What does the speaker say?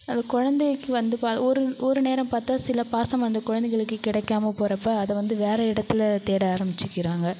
அது குலந்தைக்கு வந்து பா ஒரு ஒரு நேரம் பார்த்தா சில பாசம் அந்த குலந்தைகளுக்கு கிடைக்காமல் போறப்போ அதை வந்து வேறு இடத்தில் தேட ஆரம்பிச்சிக்கிறாங்க